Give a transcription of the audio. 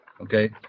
Okay